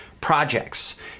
projects